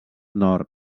nord